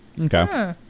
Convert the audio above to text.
Okay